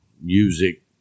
music